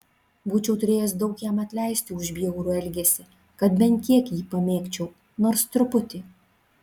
būčiau turėjęs daug jam atleisti už bjaurų elgesį kad bent kiek jį pamėgčiau nors truputį